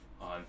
on